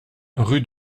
rue